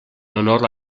honor